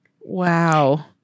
Wow